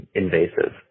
invasive